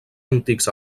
antics